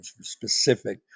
specific